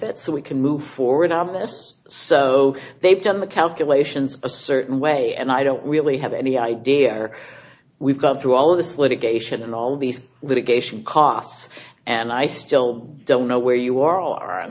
it so we can move forward on this so they've done the calculations a certain way and i don't really have any idea where we've come through all of this litigation and all these litigation costs and i still don't know where you are o